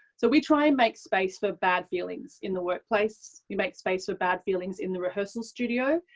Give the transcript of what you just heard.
so we try to and make space for bad feelings in the workplace. you make space for bad feelings in the are her sal studio,